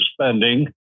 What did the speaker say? spending